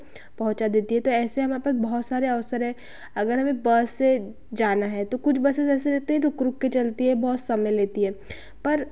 पहुँचा देती है तो ऐसे वहाँ पर बहुत सारे अवसर हैं अगर हमें बस से जाना है तो कुछ बसेस ऐसे रहते हैं रुक रुक कर चलती हैं बहुत समय लेती हैं पर